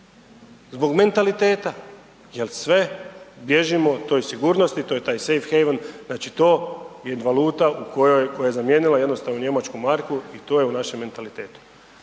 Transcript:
zbog mentaliteta jel sve bježimo toj sigurnosti, to je taj safe haven, znači to je valuta u kojoj, koja je zamijenila jednostavno njemačku marku i to je u našem mentalitetu,